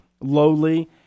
lowly